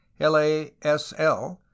LASL